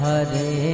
Hare